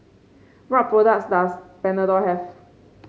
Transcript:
what products does Panadol have